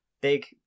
big